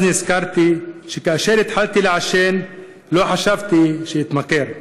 אז נזכרתי שכאשר התחלתי לעשן לא חשבתי שאתמכר.